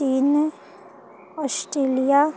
Chin Australia